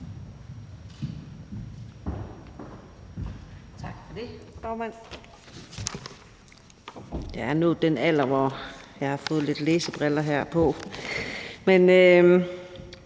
Tak for det, formand. Jeg er nået den alder, hvor jeg har fået læsebriller på. Men